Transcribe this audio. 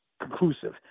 conclusive